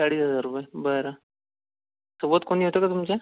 अडीच हजार रुपये बरं सोबत कोणी होत का तुमच्या